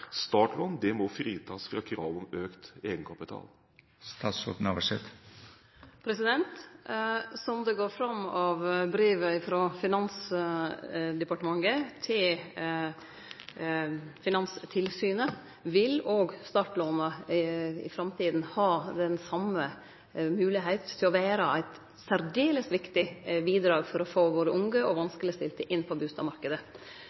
startlån må fritas for krav om økt egenkapital? Som det går fram av brevet frå Finansdepartementet til Finanstilsynet, vil startlåna òg i framtida ha den same moglegheita til å vere eit særdeles viktig bidrag for å få både unge og